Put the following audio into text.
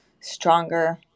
stronger